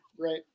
right